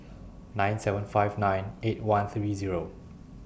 nine seven five nine eight one three Zero